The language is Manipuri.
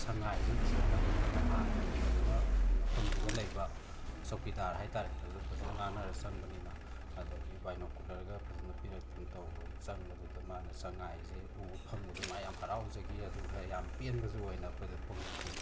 ꯁꯉꯥꯏꯁꯦ ꯎꯅꯅꯕ ꯑꯩꯈꯣꯏꯅ ꯍꯥꯟꯅ ꯐꯖꯅ ꯃꯐꯝꯗꯨꯗ ꯂꯩꯕ ꯆꯧꯀꯤꯗꯥꯔ ꯍꯥꯏꯇꯔꯦ ꯑꯗꯨꯗ ꯐꯖꯅ ꯉꯥꯡꯅꯔ ꯆꯪꯕꯅꯤꯅ ꯑꯗꯒꯤ ꯕꯥꯏꯅꯣꯀꯨꯂꯔꯒ ꯐꯖꯅ ꯄꯤꯔꯛꯇꯅ ꯇꯧꯔ ꯆꯪꯕꯗꯨꯗ ꯃꯥꯅ ꯁꯉꯥꯏꯁꯦ ꯎꯕ ꯐꯪꯕꯗꯨꯗ ꯃꯥ ꯌꯥꯝ ꯍꯔꯥꯎꯖꯈꯤ ꯑꯗꯨꯒ ꯌꯥꯝ ꯄꯦꯟꯕꯁꯨ ꯑꯣꯏꯅ ꯑꯩꯈꯣꯏꯗ ꯐꯣꯡꯗꯣꯛꯈꯤ